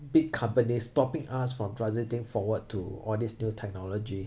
big company stopping us from transiting forward to all these new technology